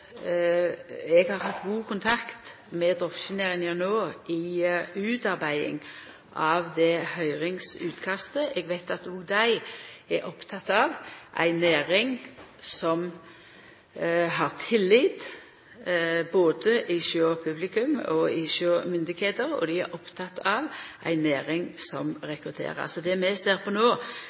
Eg har hatt god kontakt med drosjenæringa i utarbeiding av høyringsutkastet. Eg veit at dei der er opptekne av ei næring som har tillit både hos publikum og hos styresmaktene, og dei er opptekne av ei næring som rekrutterer. Så det vi ser på no,